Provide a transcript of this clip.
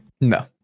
No